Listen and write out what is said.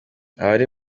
abari